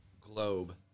globe